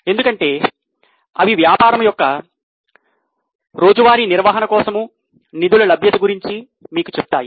ఎందుకంటే అవి వ్యాపారం యొక్క రోజువారీ నిర్వహణ కోసం నిధుల లభ్యత గురించి మీకు చెప్తాయి